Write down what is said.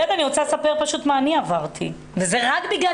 אני רוצה לספר מה אני עברתי וזה רק בגלל